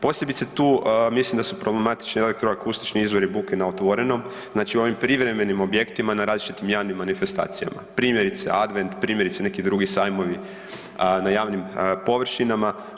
Posebice tu mislim da su problematični elektroakustični izvori buke na otvorenom, znači u privremenim objektima na različitim javnim manifestacijama, primjerice advent, primjerice neki drugi sajmovi na javnim površinama.